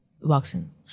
vaccine